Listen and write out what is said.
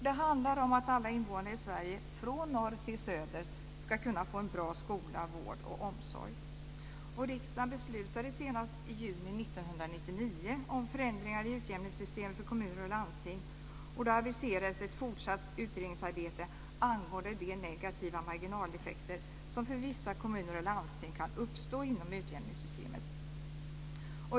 Det handlar om att alla invånare i Sverige, från norr till söder, ska kunna få en bra skola, vård och omsorg. Riksdagen beslutade senast i juni 1999 om förändringar i utjämningssystemet för kommuner och landsting. Och då aviserades ett fortsatt utredningsarbete angående de negativa marginaleffekter som för vissa kommuner och landsting kan uppstå inom utjämningssystemet.